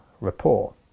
rapport